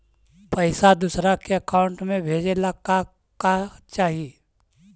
पैसा दूसरा के अकाउंट में भेजे ला का का चाही?